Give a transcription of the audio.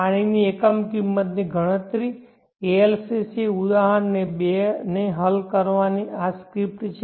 પાણીની એકમ કિંમતની ગણતરી ALCC ઉદાહરણ 2 ને હલ કરવાની આ સ્ક્રિપ્ટ છે